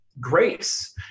grace